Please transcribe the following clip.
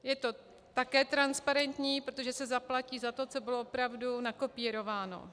Je to také transparentní, protože se zaplatí za to, co bylo opravdu nakopírováno.